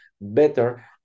better